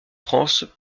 france